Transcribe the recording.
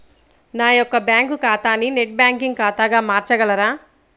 నా యొక్క బ్యాంకు ఖాతాని నెట్ బ్యాంకింగ్ ఖాతాగా మార్చగలరా?